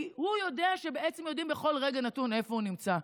כי הוא יודע שבעצם יודעים בכל רגע נתון איפה הוא נמצא.